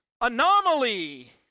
anomaly